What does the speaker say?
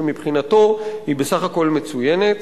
שמבחינתו היא בסך הכול מצוינת".